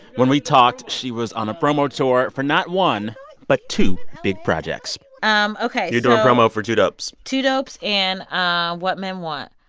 when we talked, she was on a promo tour for not one but two big projects um ok. so. you doing promo for two dopes two dopes and ah what men want.